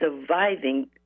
surviving